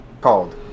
called